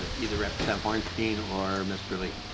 ah either representative hornstein or mr. lee.